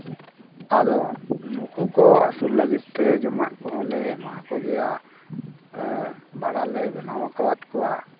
ᱟᱫᱚ ᱱᱩᱠᱩ ᱠᱚ ᱟᱹᱥᱩᱞ ᱞᱟᱹᱜᱤᱫ ᱛᱮ ᱡᱚᱢᱟᱜ ᱠᱚᱦᱚᱸᱞᱮ ᱮᱢᱟᱣᱟᱠᱚ ᱜᱮᱭᱟ ᱜᱚᱲᱟ ᱞᱮ ᱵᱮᱱᱟᱣ ᱟᱠᱟᱫ ᱠᱚᱣᱟ